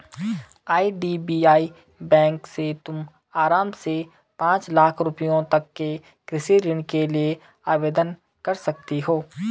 IDBI bank से तुम आराम से पाँच लाख रुपयों तक के कृषि ऋण के लिए आवेदन कर सकती हो